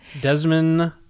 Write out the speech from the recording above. Desmond